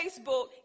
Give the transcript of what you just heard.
Facebook